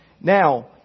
Now